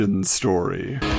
story